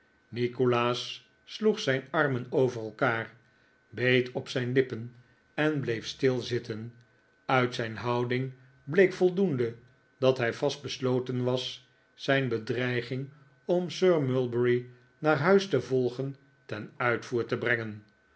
nikolaas sloeg zijn armen over elkaar beet op zijn lippen en bleef stil zitten uit zijn houding bleek voldoende dat hij vastbesloten was zijn bedreiging om sir mulberry naar huis te yolgen ten uitvoer te brengen